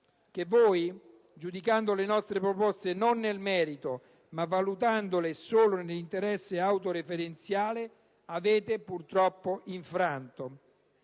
che voi, giudicando le nostre proposte non nel merito ma valutandole solo nell'interesse autoreferenziale, avete purtroppo infranto.